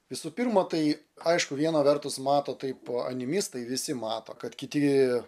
visų pirma tai aišku viena vertus mato tai paip animistai visi mato kad kiti